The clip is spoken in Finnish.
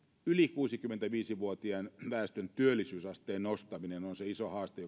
yli kuusikymmentäviisi vuotiaan väestön työllisyysasteen nostaminen on se iso haaste